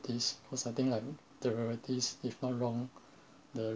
derivatives cause I think like derivatives if not wrong the